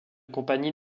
compagnie